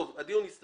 טוב, הדיון הסתיים.